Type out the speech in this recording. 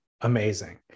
amazing